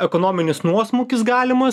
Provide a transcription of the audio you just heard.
ekonominis nuosmukis galimas